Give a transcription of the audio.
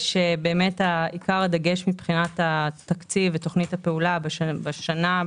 עיקר הדגש מבחינת התקציב ותוכנית הפעולה בשנה,